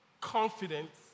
confidence